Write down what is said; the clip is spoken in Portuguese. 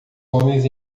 homens